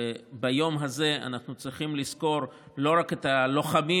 וביום הזה אנחנו צריכים לזכור לא רק את הלוחמים